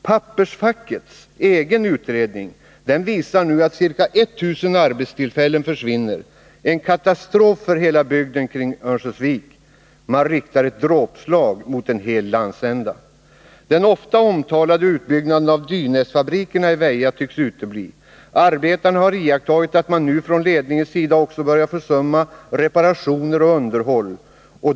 Pappersfackets egen utredning visar att ca 1000 arbetstillfällen försvinner — en katastrof för hela bygden kring Örnsköldsvik. Man riktar ett dråpslag mot en hel landsända. Den ofta omtalade utbyggnaden av Dynäsfabrikerna i Väja tycks utebli. Arbetarna har iakttagit att man nu från ledningens sida också börjar försumma reparationer och underhåll.